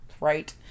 Right